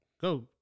Go